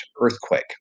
earthquake